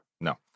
No